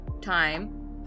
time